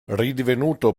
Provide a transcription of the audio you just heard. ridivenuto